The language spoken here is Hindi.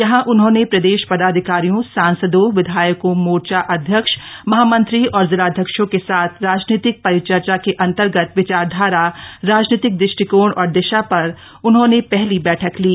यहां उन्होंने प्रदेश पदाधिकारियों सांसदों विधायकों मोर्चा अध्यक्ष महामंत्री और जिलाध्यक्षों के साथ राजनीतिक परिचर्चा के अंतर्गत विचारधारा राजनीतिक ृष्टिकोण और दिशा पर उन्होंने पहली बैठक ली